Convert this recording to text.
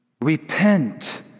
Repent